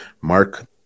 Mark